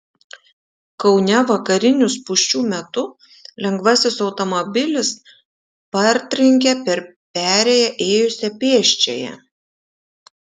kaune vakarinių spūsčių metu lengvasis automobilis partrenkė per perėją ėjusią pėsčiąją